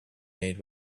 made